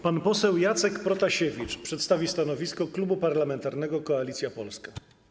Pan poseł Jacek Protasiewicz przedstawi stanowisko Klubu Parlamentarnego Koalicja Polska.